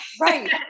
right